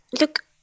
Look